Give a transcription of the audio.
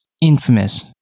infamous